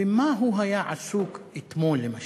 במה הוא היה עסוק אתמול, למשל?